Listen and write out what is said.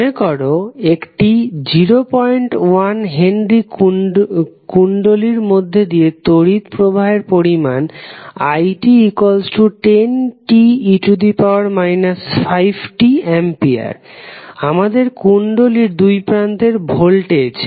মনেকর একটি 01H কুণ্ডলীর মধ্যে দিয়ে তড়িৎ প্রবাহের পরিমাণ it10te 5t A আমাদের কুণ্ডলীর দুই প্রান্তের ভোল্টেজ